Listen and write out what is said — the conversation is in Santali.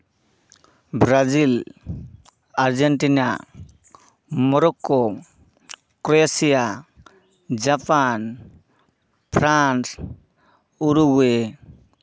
Brazil Argentina Morocco Croatia Japan France Uruguay